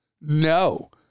No